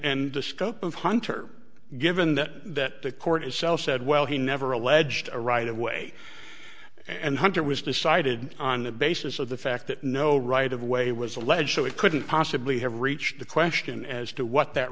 and the scope of hunter given that the court itself said well he never alleged a right of way and hunter was decided on the basis of the fact that no right of way was alleged so it couldn't possibly have reached the question as to what that